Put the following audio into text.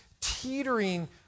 teetering